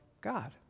God